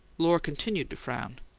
lohr continued to frown.